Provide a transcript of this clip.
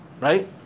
Right